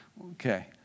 Okay